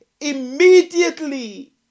Immediately